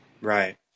Right